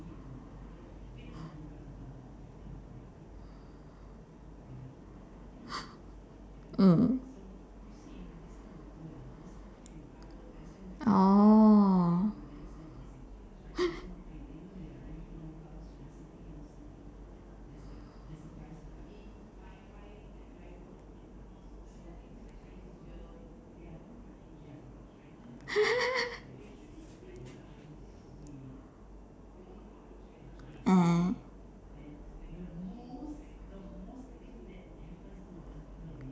mm orh ah